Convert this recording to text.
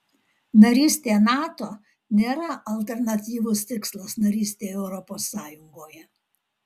narystė nato nėra alternatyvus tikslas narystei europos sąjungoje